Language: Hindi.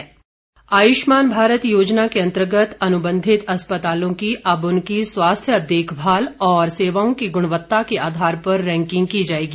आयुष्मान भारत आयुष्मान भारत योजना के अंतर्गत अनुबंधित अस्पतालों की अब उनकी स्वास्थ्य देखभाल और सेवाओं की गुणवत्ता के आधार पर रैंकिंग की जायेगी